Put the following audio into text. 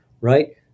right